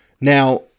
Now